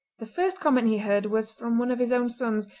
the first comment he heard was from one of his own sons,